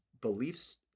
beliefs